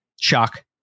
Shock